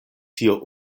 tio